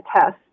test